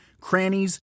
crannies